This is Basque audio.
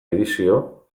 edizio